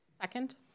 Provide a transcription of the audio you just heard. Second